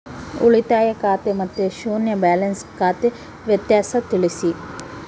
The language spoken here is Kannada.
ಉಳಿತಾಯ ಖಾತೆ ಮತ್ತೆ ಶೂನ್ಯ ಬ್ಯಾಲೆನ್ಸ್ ಖಾತೆ ವ್ಯತ್ಯಾಸ ತಿಳಿಸಿ?